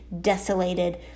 desolated